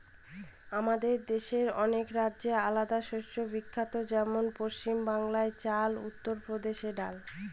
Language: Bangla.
আমাদের দেশের অনেক রাজ্যে আলাদা শস্য বিখ্যাত যেমন পশ্চিম বাংলায় চাল, উত্তর প্রদেশে ডাল